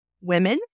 women